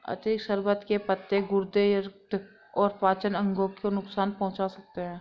अतिरिक्त शर्बत के पत्ते गुर्दे, यकृत और पाचन अंगों को नुकसान पहुंचा सकते हैं